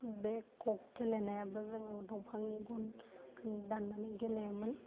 बे खक गेेलेनायाबो जोङो दंफांनि गनखौनो दान्नानै गेलेयोमोन